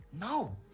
No